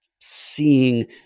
seeing